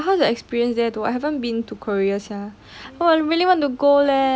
but how your experience there I haven't been to korea sia